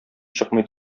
чыкмый